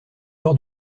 peur